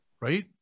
Right